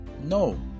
No